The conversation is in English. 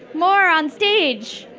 more on stage.